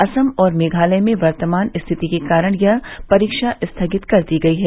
असम और मेघालय में वर्तमान स्थिति के कारण यह परीक्षा स्थगित कर दी गयी है